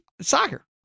soccer